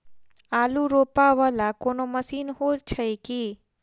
आलु रोपा वला कोनो मशीन हो छैय की?